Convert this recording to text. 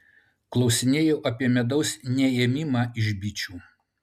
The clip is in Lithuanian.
klausinėjau apie medaus neėmimą iš bičių